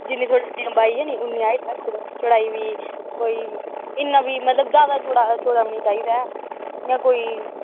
जिन्नी लंबाई ऐ ते उन्नी चौड़ाई कोई इन्ना की मतलब जादै चौड़ा चाहिदा